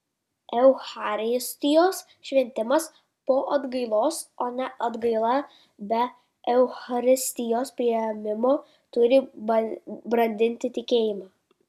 eucharistijos šventimas po atgailos o ne atgaila be eucharistijos priėmimo turi brandinti tikėjimą